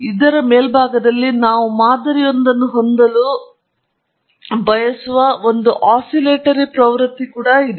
ಇದರ ಮೇಲ್ಭಾಗದಲ್ಲಿ ನಾವು ಮಾದರಿಯೊಂದನ್ನು ಹೊಂದಲು ಬಯಸುವ ಒಂದು ಆಸಿಲೇಟರಿ ಪ್ರವೃತ್ತಿ ಕೂಡ ಇದೆ